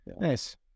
Nice